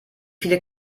viele